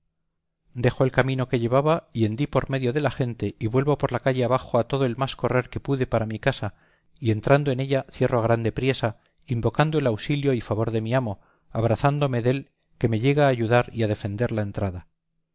dejo el camino que llevaba y hendí por medio de la gente y vuelvo por la calle abajo a todo el más correr que pude para mi casa y entrando en ella cierro a grande priesa invocando el auxilio y favor de mi amo abrazándome dél que me venga a ayudar y a defender la entrada